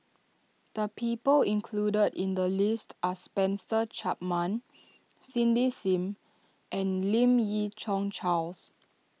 the people included in the list are Spencer Chapman Cindy Sim and Lim Yi Yong Charles